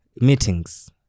meetings